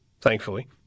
thankfully